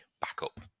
backup